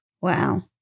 Wow